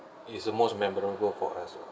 it's the most memorable for us lah